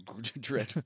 dread